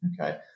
okay